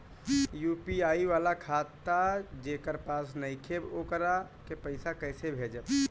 UPI वाला खाता जेकरा पास नईखे वोकरा के पईसा कैसे भेजब?